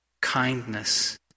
kindness